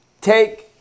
Take